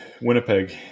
Winnipeg